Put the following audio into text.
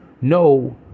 no